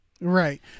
Right